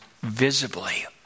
visibly